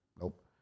Nope